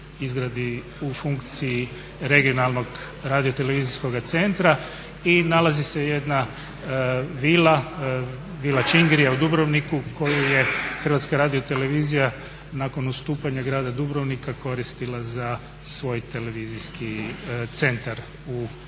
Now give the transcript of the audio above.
u funkciji regionalnog radiotelevizijskog centra. I nalazi se jedna vila, Vila Čingrija u Dubrovniku koju je HRT nakon ustupanja grada Dubrovnika koristila za svoj televizijski centar u Dubrovniku.